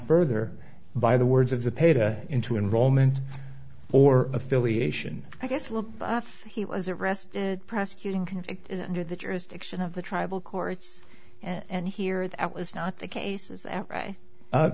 further by the words of the paper into enrollment or affiliation i guess look he was arrested prosecuting convicted under the jurisdiction of the tribal courts and here that was not the case is that right